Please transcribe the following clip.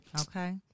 Okay